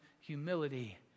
humility